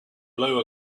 blow